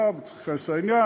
הוא צריך להיכנס לעניין,